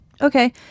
Okay